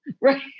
Right